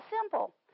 simple